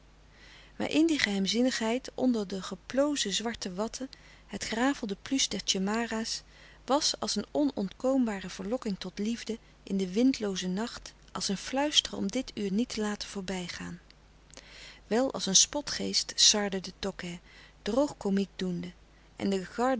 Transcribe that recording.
maar in die geheimzinnigheid onder de geplozen zwarte watten het gerafelde pluche der tjemara's was als een onontkoombare verlokking tot liefde in den windloozen nacht als een fluisteren om dit uur niet te laten voorbijgaan wel als een spotgeest sarde de tokkè droog komiek doende en de